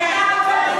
תודה.